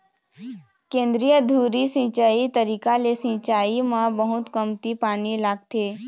केंद्रीय धुरी सिंचई तरीका ले सिंचाई म बहुत कमती पानी लागथे